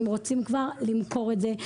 הם רוצים כבר למכור את זה.